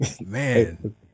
Man